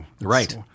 Right